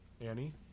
Annie